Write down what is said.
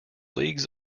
leagues